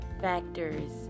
factors